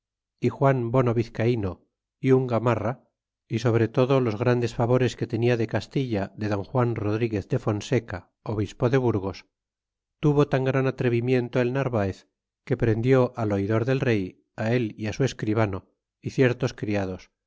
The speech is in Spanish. y juan bono vizealno y un gamarra y sobre todo los grandes favores que tenia de castilla de donjuan rodriguez de fonseca obispo de burgos tuvo tan gran atrevimiento el narvaez que prendió al oidor del rey él y it su fscribano y ciertos criados